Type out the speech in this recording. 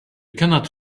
cannot